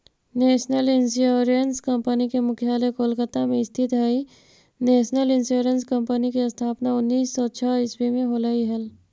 national insurance company के मुख्यालय कोलकाता में स्थित हइ नेशनल इंश्योरेंस कंपनी के स्थापना उन्नीस सौ छः ईसवी में होलई हल